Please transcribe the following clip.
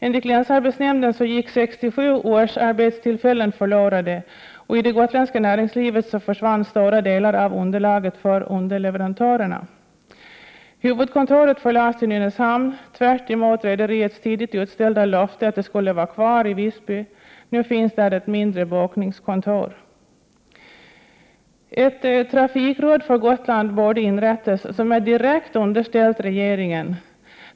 Enligt länsarbetsnämnden gick 67 årsarbetstillfällen förlorade, och i det gotländska näringslivet försvann en stor del av underlaget för underleverantörerna. Huvudkontoret förlades till Nynäshamn, tvärtemot rederiets tidigt utställda löfte om att huvudkontoret skulle få vara kvar i Visby. Nu finns det endast ett mindre bokningskontor där. Ett trafikråd för Gotland borde inrättas, som är direkt underställt regeringen.